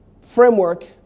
framework